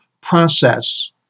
process